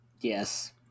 Yes